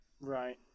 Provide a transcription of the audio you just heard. Right